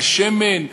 על שמן,